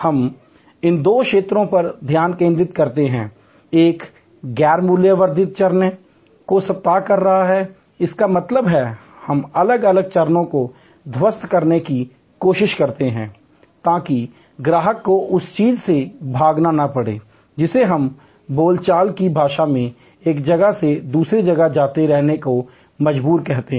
हम इन दो क्षेत्रों पर ध्यान केंद्रित करते हैं एक गैर मूल्य वर्धित चरणों को समाप्त कर रहा है इसका मतलब है हम अलग अलग चरणों को ध्वस्त करने की कोशिश करते हैं ताकि ग्राहक को उस चीज़ से भागना न पड़े जिसे हम बोलचाल की भाषा में एक जगह से दूसरी जगह जाते रहने को मजबूर कहते हैं